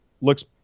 looks